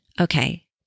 Okay